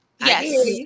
Yes